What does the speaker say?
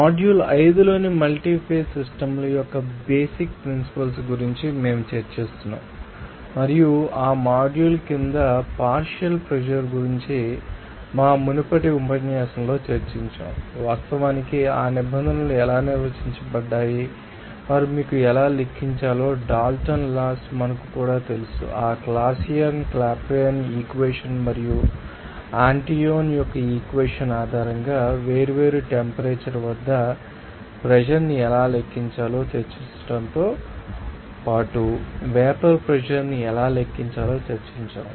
module 5 లోని multi phase system ల యొక్క బేసిక్ ప్రిన్సిపల్స్గురించి మేము చర్చిస్తున్నాము మరియు ఆ మాడ్యూల్ క్రింద పార్షియల్ ప్రెషర్ గురించి మా మునుపటి ఉపన్యాసంలో చర్చించాము వాస్తవానికి ఆ నిబంధనలు ఎలా నిర్వచించబడ్డాయి మరియు మీకు ఎలా లెక్కించాలో డాల్టన్ లాస్ మనకు కూడా తెలుసు ఆ క్లాసియస్ క్లాపెరాన్ ఈక్వెషన్ మరియు ఆంటోయిన్ యొక్క ఈక్వెషన్ ఆధారంగా వేర్వేరు టెంపరేచర్ వద్ద వేపర్ ప్రెషర్ ాన్ని ఎలా లెక్కించాలో చర్చించడంతో పాటు వేపర్ ప్రెషర్ ాన్ని ఎలా లెక్కించాలో చర్చించారు